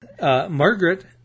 Margaret